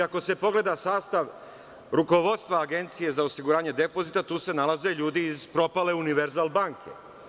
Ako se pogleda sastav rukovodstva Agencije za osiguranje depozita, tu se nalaze ljudi iz propale „Univerzal banke“